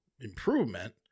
improvement